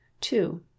two